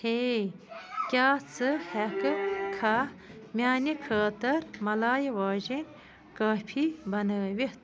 ہے کیٛاہ ژٕ ہٮ۪کہٕ کھا میٛانہِ خٲطرٕ مَلایہِ واجیٚنۍ کافی بنٲوِتھ